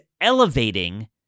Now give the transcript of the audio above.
elevating